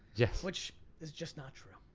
yes. which is just not true.